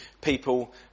people